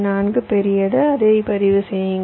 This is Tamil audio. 4 பெரியது அதை பதிவு செய்யுங்கள்